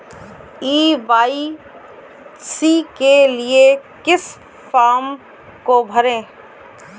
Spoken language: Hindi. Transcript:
ई के.वाई.सी के लिए किस फ्रॉम को भरें?